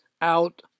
out